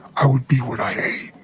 i would be what i